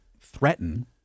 threaten